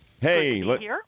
Hey